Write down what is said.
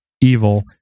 evil